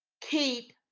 keep